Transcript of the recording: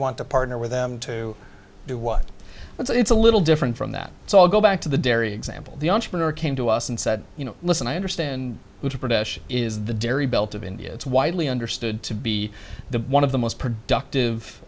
want to partner with them to do what it's a little different from that so i'll go back to the dairy example the entrepreneur came to us and said you know listen i understand who to pradesh is the dairy belt of india it's widely understood to be the one of the most productive